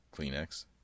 Kleenex